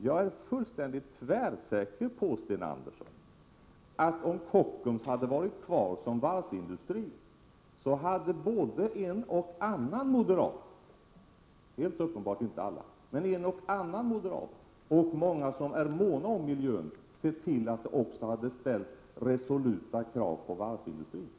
Jag är fullständigt säker på, Sten Andersson, att om Kockums Varv hade varit kvar som varvsindustri, hade både en och annan moderat — helt uppenbart inte alla — och många andra som är måna om miljön sett till att det också hade ställts resoluta krav på varvsindustrin.